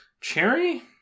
Cherry